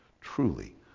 truly